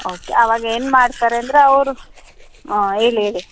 okay ಅವಾಗ ಏನು ಮಾಡ್ತಾರೆ ಅಂದರೆ ಅವರು ಹ್ಞೂ ಹೇಳಿ ಹೇಳಿ